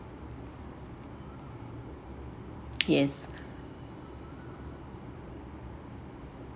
yes